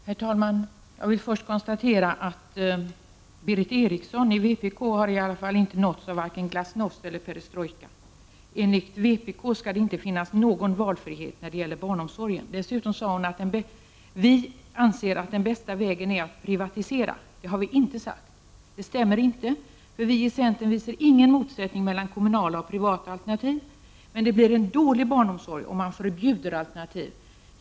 Herr talman! Jag vill först konstatera att Berith Eriksson i vpk inte har nåtts av vare sig glasnost eller perestrojka. Enligt vpk skall det inte finnas någon valfrihet när det gäller barnomsorgen. Dessutom sade Berith Eriksson att vi i centern anser att den bästa vägen är att privatisera. Det har vi inte sagt. Vi i centern ser ingen motsättning mellan kommunala och privata alternativ. Men det blir en dålig barnomsorg om man förbjuder alternativ.